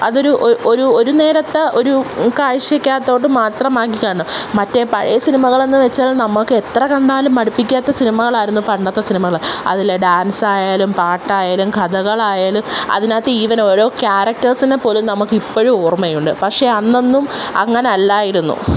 അതൊരു ഒരു ഒരു നേരത്തെ ഒരൂ കാഴ്ചയ്ക്കകത്തോട്ട് മാത്രമായിട്ടാണ് മറ്റേ പഴയ സിനികളെന്ന് വെച്ചാൽ നമുക്ക് എത്ര കണ്ടാലും മടുപ്പിക്കാത്ത സിനിമകളായിരുന്നു പണ്ടത്തെ സിനിമകൾ അതിലെ ഡാൻസ് ആയാലും പാട്ടായാലും കഥകളായാലും അതിനകത്ത് ഈവൻ ഓരോ ക്യാരക്റ്റേഴ്സിനെ പോലും നമുക്ക് ഇപ്പളും ഓർമയുണ്ട് പക്ഷെ അന്നൊന്നും അങ്ങനെ അല്ലായിരുന്നു